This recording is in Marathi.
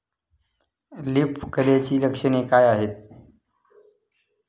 लीफ कर्लची लक्षणे काय आहेत?